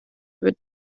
with